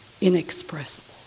inexpressible